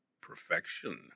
perfection